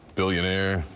billionaire,